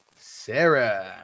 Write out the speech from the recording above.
Sarah